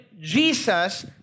Jesus